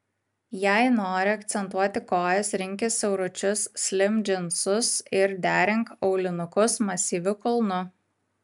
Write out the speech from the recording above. jei nori akcentuoti kojas rinkis siauručius slim džinsus ir derink aulinukus masyviu kulnu